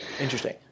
Interesting